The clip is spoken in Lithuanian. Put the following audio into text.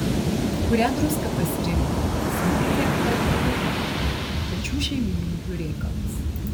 kurią druską pasirinkti smulkią ar rupią pačių šeimininkių reikalas